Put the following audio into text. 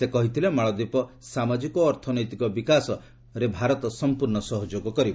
ସେ କହିଥିଲେ ମାଳଦ୍ୱୀପ ସାମାଜିକ ଓ ଅର୍ଥନୈତିକ ବିକାଶ ଭାରତ ସମ୍ପର୍ଣ୍ଣ ସହଯୋଗ କରିବ